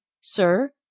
Sir